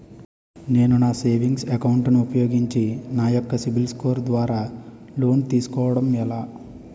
నేను నా savings account ను ఉపయోగించి నా యెక్క సిబిల్ స్కోర్ ద్వారా లోన్తీ సుకోవడం ఎలా?